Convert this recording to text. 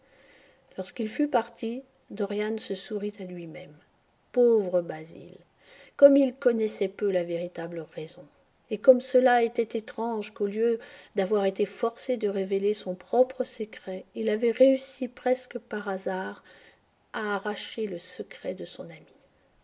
lorsqu'il fut parti dorian se sourit à lui-même pauvre basil comme il connaissait peu la véritable raison et comme cela était étrange qu'au lieu d'avoir été forcé de révéler son propre secret il avait réussi presque par hasard à arracher le secret de son ami